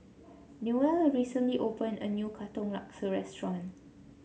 Newell recently opened a new Katong Laksa restaurant